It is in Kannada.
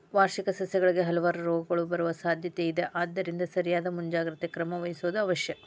ವಾರ್ಷಿಕ ಸಸ್ಯಗಳಿಗೆ ಹಲವಾರು ರೋಗಗಳು ಬರುವ ಸಾದ್ಯಾತೆ ಇದ ಆದ್ದರಿಂದ ಸರಿಯಾದ ಮುಂಜಾಗ್ರತೆ ಕ್ರಮ ವಹಿಸುವುದು ಅವಶ್ಯ